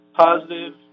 Positive